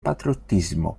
patriottismo